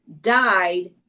died